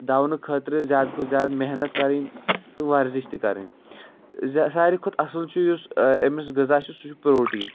دونہٕ خٲطرٕ زیادٕ کھۄتہٕ زیادٕ محنت کَرٕنۍ تہٕ وَرزِش تہِ کَرٕنۍ زیادٕ سارِوٕے کھۄتہٕ اَصٕل چھُ یُس أمِس غذا چھُ سُہ چھُ پروٹیٖن